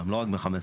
לא רק ב-15,